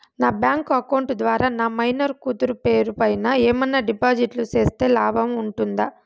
నా bank account ద్వారా నా మైనర్ కూతురు పేరు పైన ఏమన్నా డిపాజిట్లు సేస్తే లాభం ఉంటుందా?